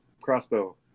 crossbow